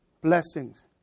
blessings